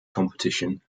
competition